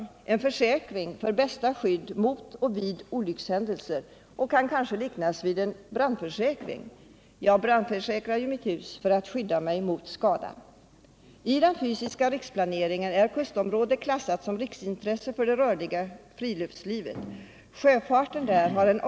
Bemanningen är en försäkring som utgör det bästa skyddet mot och vid olyckshändelser. Den kanske kan liknas vid en brandförsäkring. Jag brandförsäkrar ju mitt hus för att skydda mig mot skada. I den fysiska riksplaneringen är kustområdet klassat som riksintresse för det rörliga friluftslivet.